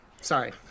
sorry